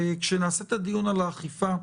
כשנעשה את הדיון על האכיפה,